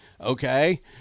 Okay